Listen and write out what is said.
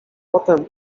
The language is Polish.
potem